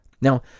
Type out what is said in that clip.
Now